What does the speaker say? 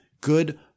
Good